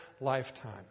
lifetime